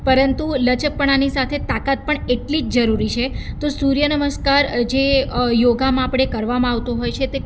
પરંતુ લચકપણાની સાથે તાકાત પણ એટલી જ જરૂરી છે તો સૂર્યનમસ્કાર જે યોગામાં આપણે કરવામાં આવતું હોય છે